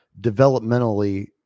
developmentally